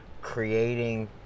creating